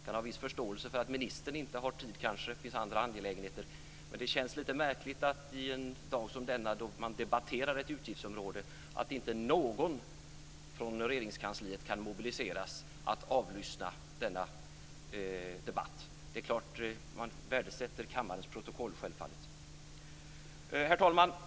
Jag har viss förståelse för att justitieministern kanske inte har tid utan har andra viktiga angelägenheter, men det känns märkligt att en dag som denna, då vi debatterar ett utgiftsområde, inte någon kan mobiliseras från Regeringskansliet för att avlyssna denna debatt. Självfallet värdesätter man kammarens protokoll. Herr talman!